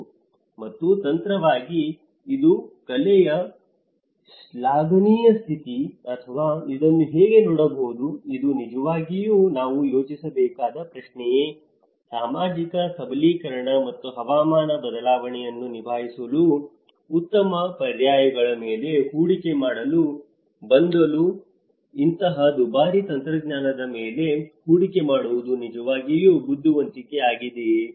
ಹೌದು ತಾಂತ್ರಿಕವಾಗಿ ಇದು ಕಲೆಯ ಶ್ಲಾಘನೀಯ ಸ್ಥಿತಿ ಆದರೆ ಇದನ್ನು ಹೇಗೆ ನೋಡಬಹುದು ಇದು ನಿಜವಾಗಿಯೂ ನಾವು ಯೋಚಿಸಬೇಕಾದ ಪ್ರಶ್ನೆಯೇ ಸಾಮಾಜಿಕ ಸಬಲೀಕರಣ ಮತ್ತು ಹವಾಮಾನ ಬದಲಾವಣೆಯನ್ನು ನಿಭಾಯಿಸಲು ಉತ್ತಮ ಪರ್ಯಾಯಗಳ ಮೇಲೆ ಹೂಡಿಕೆ ಮಾಡುವ ಬದಲು ಇಂತಹ ದುಬಾರಿ ತಂತ್ರಜ್ಞಾನದ ಮೇಲೆ ಹೂಡಿಕೆ ಮಾಡುವುದು ನಿಜವಾಗಿಯೂ ಬುದ್ದಿವಂತಿಕೆ ಆಗಿದೆಯೇ